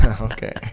Okay